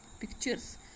pictures